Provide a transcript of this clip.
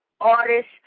artists